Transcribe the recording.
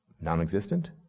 non-existent